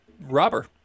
robber